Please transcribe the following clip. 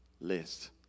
list